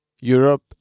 Europe